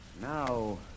Now